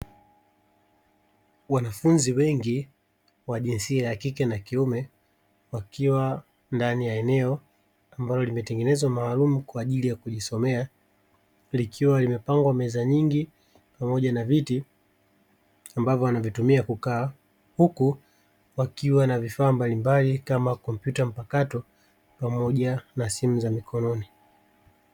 Wanafunzi wengi wa jinsia ya kike na kiume wakiwa ndani ya eneo ambalo limetengenezwa maalumu kwa ajili ya kujisomea, likiwa limepangwa meza nyingi pamoja na viti ambavyo wanavitumia kukaa huku wakiwa wana vifaa mbalimbali kama kompyuta mpakato na simu za mkononi.